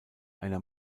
einer